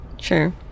Sure